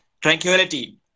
tranquility